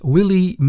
Willie